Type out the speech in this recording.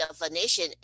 definition